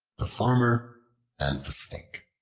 the farmer and the snake